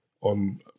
on